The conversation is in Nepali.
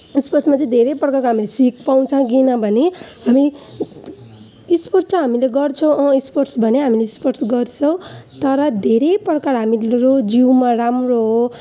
स्पोर्ट्समा चाहिँ धेरै प्रकारको हामीले सिख पाउँछ किनभने हामी स्पोर्ट्स त हामीले गर्छौँ स्पोर्ट्स भने हामीले स्पोर्ट्स गर्छौँ तर धेरै प्रकार हाम्रो जिउमा राम्रो हो